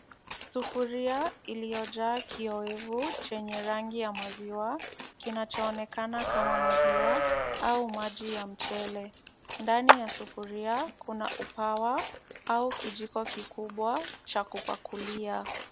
Sufuria iliyojaa kioevu chenye rangi ya maziwa, kinachoonekana kama maziwa au maji ya mchele. Ndani ya sufuria kuna upawa au kijiko kikubwa cha kupakulia.